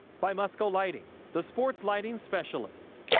by musco lighting, the sports lighting specialist,